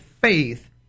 faith